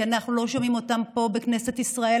כי אנחנו לא שומעים אותם מספיק פה בכנסת ישראל.